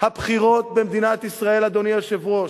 הבחירות במדינת ישראל, אדוני היושב-ראש,